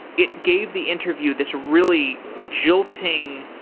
it gave the interview this really jilting,